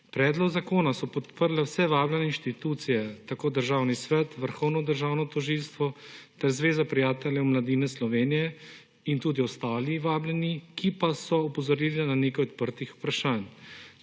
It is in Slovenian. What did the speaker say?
Predlog zakona so podprle vse vabljene inštitucije, tako Državni svet, Vrhovno državno tožilstvo kot Zveza prijateljev mladine Slovenije, in tudi ostali vabljeni, ki pa so opozorili na nekaj odprtih vprašanj.